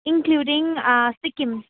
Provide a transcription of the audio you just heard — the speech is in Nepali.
इन्क्लुडिङ सिक्किम